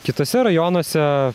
kituose rajonuose